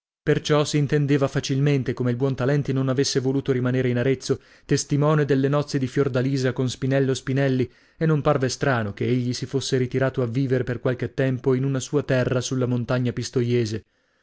perciò s'intendeva facilmente come il buontalenti non avesse voluto rimanere in arezzo testimone delle nozze di fiordalisa con spinello spinelli e non parve strano che egli si fosse ritirato a vivere per qualche tempo in una sua terra sulla montagna pistoiese